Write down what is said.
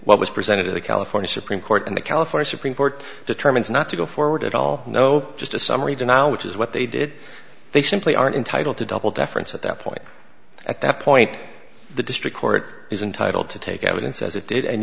what was presented to the california supreme court and the california supreme court determines not to go forward at all no just a summary do now which is what they did they simply aren't entitled to double deference at that point at that point the district court is entitled to take evidence as it did and